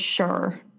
sure